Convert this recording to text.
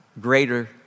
greater